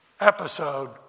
episode